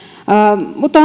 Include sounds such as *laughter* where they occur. mutta *unintelligible*